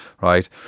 right